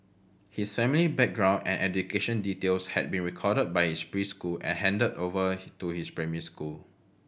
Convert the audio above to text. his family background and education details had been recorded by his preschool and handed over to his primary school